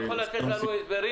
אתה יכול לתת לנו הסברים?